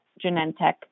Genentech